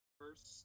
first